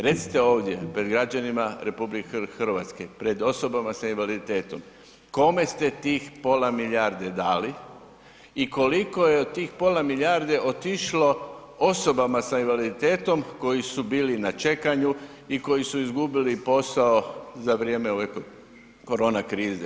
Recite ovdje pred građanima RH, pred osobama sa invaliditetom kome ste tih pola milijarde dali i koliko je tih od pola milijarde otišlo osobama sa indvaliditetom koji su bili na čekanju i koji su izgubili posao za vrijeme ove korona krize?